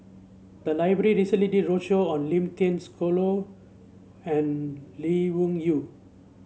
the library recently did a roadshow on Lim Thean Soo and Lee Wung Yew